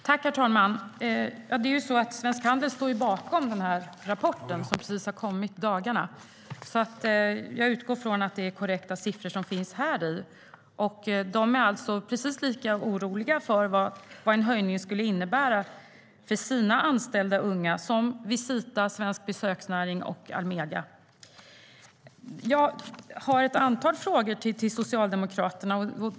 Herr talman! Svensk Handel står bakom den rapport jag nämnde. Den kom i dagarna. Jag utgår från att det är korrekta siffror som finns där. De är precis lika oroliga för vad en höjning skulle innebära för deras anställda unga som Visita - Svensk besöksnäring och Almega är. Jag har ett antal frågor till Socialdemokraterna.